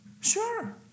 Sure